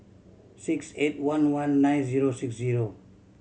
six eight one one nine zero six zero